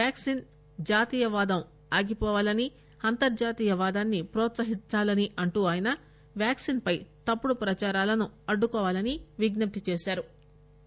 vaccine జాతీయవాదం ఆగిపోవాలని అంతర్జాతీయ వాదాన్ని ప్రోత్సహించాలని అంటూ ఆయన వ్యాక్సిన్ పై తప్పుడు ప్రచారాలను అడ్డుకోవాలని విజ్ఞప్తి చేశారు